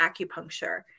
acupuncture